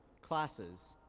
classes,